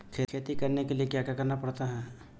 खेती करने के लिए क्या क्या करना पड़ता है?